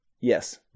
Yes